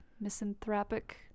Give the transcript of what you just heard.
misanthropic